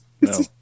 No